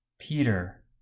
Peter